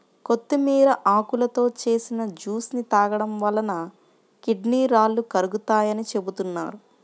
కొత్తిమీర ఆకులతో చేసిన జ్యూస్ ని తాగడం వలన కిడ్నీ రాళ్లు కరుగుతాయని చెబుతున్నారు